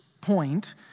point